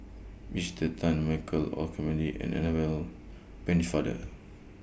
Esther Tan Michael Olcomendy and Annabel Pennefather